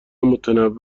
متنوع